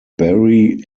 barry